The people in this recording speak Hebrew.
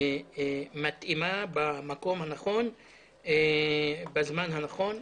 המתאימה היא במקום הנכון ובזמן הנכון.